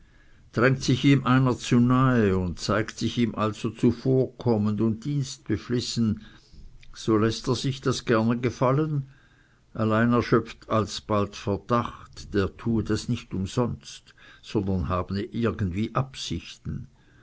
drängt sich ihm einer zu nahe und zeigt sich ihm allzu vorkommend und dienstbeflissen so läßt er sich das gerne gefallen allein er schöpft alsbald verdacht der tue das nicht umsonst sondern habe irgendwie absichten